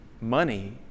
Money